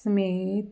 ਸਮੇਤ